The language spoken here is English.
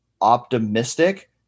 optimistic